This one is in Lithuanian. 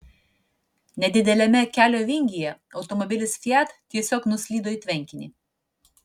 nedideliame kelio vingyje automobilis fiat tiesiog nuslydo į tvenkinį